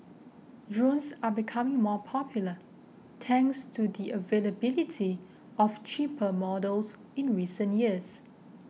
are becoming more popular thanks to the availability of cheaper models in recent years